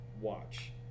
watch